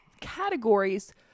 categories